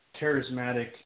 charismatic